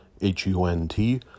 H-U-N-T